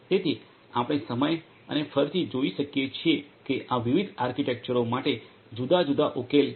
તેથી આપણે સમય અને ફરીથી જોઈ શકીએ છીએ કે આ વિવિધ આર્કિટેક્ચરો માટે જુદા જુદા ઉકેલ છે